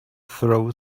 throw